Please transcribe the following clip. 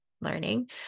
learning